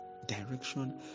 Direction